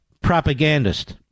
propagandist